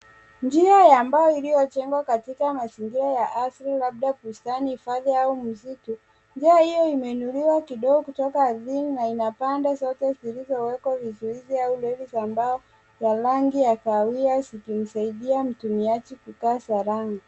Njia ya mbao iliyojengwa katika mazingira ya asili labda bustani hifadhi au msitu. Njia hii imeinuliwa kidogo kutoka ardhini na ina pande zote zilizowekwa vizuizi au reli vya mbao ya rangi ya kahawia zikimsaidia mtumiaji kukaa salama.